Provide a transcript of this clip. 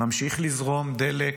ממשיך לזרום דלק,